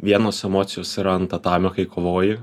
vienos emocijos yra ant tatamio kai kovoji